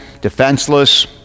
defenseless